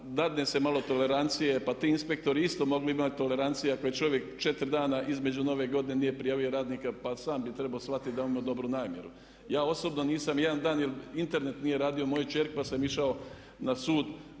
dadne se malo tolerancije pa ti inspektori isto bi mogli imat tolerancije ako je čovjek 4 dana između nove godine nije prijavio radnika, pa sam bi trebao shvatiti …/Govornik se ne razumije./… dobru namjeru. Ja osobno nisam jedan dan, jer Internet nije radio mojoj kćeri, pa sam išao na sud